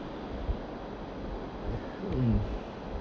mm